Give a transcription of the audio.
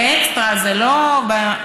זה אקסטרה, זה לא מהמוסד,